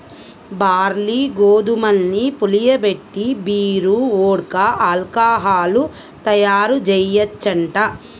barley, గోధుమల్ని పులియబెట్టి beer, vodka, alcohol తయ్యారుజెయ్యొచ్చంట